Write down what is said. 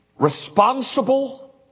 responsible